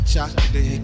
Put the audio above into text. Chocolate